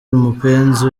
mupenzi